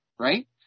right